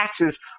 taxes